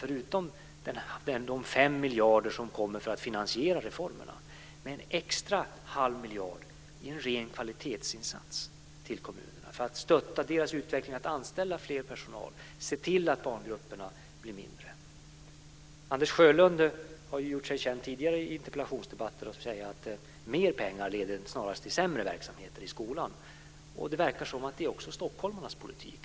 Förutom de 5 miljarder som satsats för att finansiera reformerna betalas det också ut en extra halv miljard till en kvalitetsinsats för att stötta kommunerna så att de kan anställa mer personal och se till barngrupperna blir mindre. Anders Sjölund har gjort sig känd i tidigare interpellationsdebatter genom att säga att mer pengar snarare leder till sämre verksamhet i skolan. Det verkar som att detta också är stockholmarnas politik.